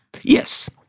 Yes